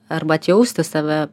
arba atjausti save